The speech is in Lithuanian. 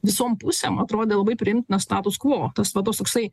visom pusėm atrodė labai priimtinas status quo tas va tas toksai